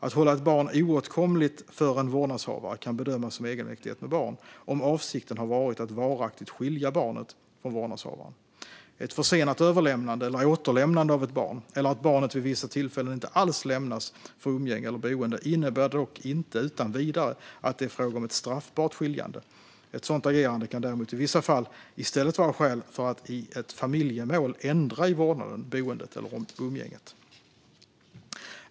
Att hålla ett barn oåtkomligt för en vårdnadshavare kan bedömas som egenmäktighet med barn, om avsikten har varit att varaktigt skilja barnet från vårdnadshavaren. Ett försenat överlämnande eller återlämnande av ett barn, eller att barnet vid vissa tillfällen inte alls lämnas för umgänge eller boende, innebär dock inte utan vidare att det är fråga om ett straffbart skiljande. Ett sådant agerande kan däremot i vissa fall i stället vara skäl för att i ett familjemål ändra i vårdnaden, boendet eller umgänget.